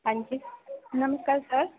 ਹਾਂਜੀ ਨਮਸਕਾਰ ਸਰ